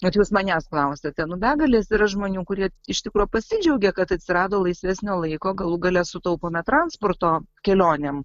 bet jūs manęs klausiate nu begalės yra žmonių kurie iš tikro pasidžiaugė kad atsirado laisvesnio laiko galų gale sutaupome transporto kelionėm